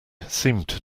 seemed